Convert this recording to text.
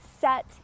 set